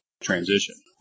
transition